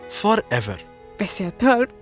forever